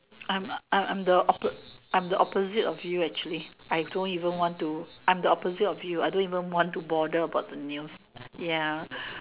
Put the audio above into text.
I'm I'm I'm the op~ I'm the opposite of you actually I don't even to I'm the opposite of you I don't even want to bother about the news ya